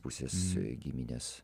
pusės giminės